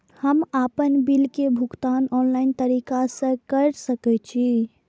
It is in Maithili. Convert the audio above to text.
हम आपन बिल के भुगतान ऑनलाइन तरीका से कर सके छी?